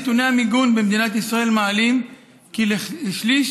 נתוני המיגון במדינת ישראל מעלים כי לשליש